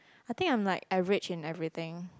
I think I'm like average in everything